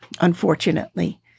unfortunately